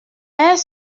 est